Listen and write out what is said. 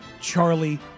Charlie